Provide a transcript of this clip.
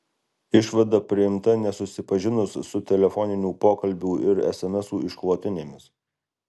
išvada priimta nesusipažinus su telefoninių pokalbių ir esemesų išklotinėmis